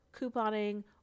couponing